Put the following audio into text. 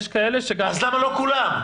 למה לא כולם?